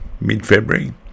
mid-February